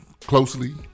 closely